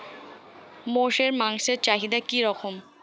মোষের মাংসের চাহিদা কি রকম?